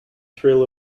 thrill